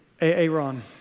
Aaron